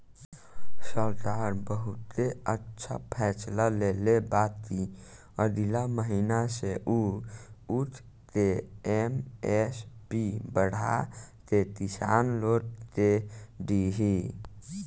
सरकार बहुते अच्छा फैसला लेले बा कि अगिला महीना से उ ऊख के एम.एस.पी बढ़ा के किसान लोग के दिही